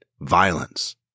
violence